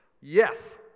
Yes